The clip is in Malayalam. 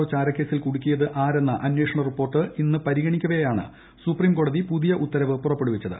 ഒ ചാര്ട്ടുക്ക്സിൽ കുടുക്കിയത് ആരെന്ന അന്വേഷണ റിപ്പോർട്ട് ഇബ്മ് പ്രിഗണിക്കവെയാണ് സുപ്രീംകോടതി പുതിയ ഉത്തർവ് പ്രുറപ്പെടുവിച്ചത്